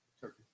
turkey